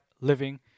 living